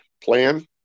plan